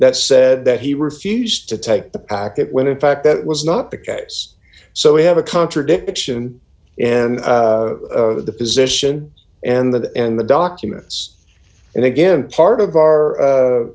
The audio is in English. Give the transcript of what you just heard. that said that he refused to take the packet when in fact that was not the case so we have a contradiction in the position and that and the documents and again part of